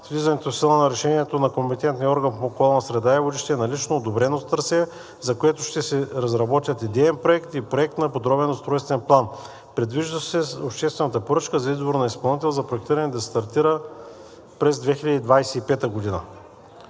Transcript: влизането в сила на решението на компетентния орган по околна среда и води ще е налично одобрено трасе, за което ще се разработят идеен проект и проект на подробен устройствен план. Предвижда се обществената поръчка за избор на изпълнител за проектиране да стартира през 2025 г.